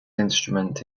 instrument